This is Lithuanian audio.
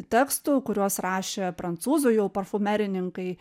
tekstų kuriuos rašė prancūzų jau parfumerininkai